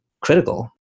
critical